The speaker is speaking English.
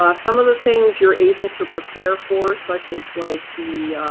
ah some of the things you're able to prepare for, such as like the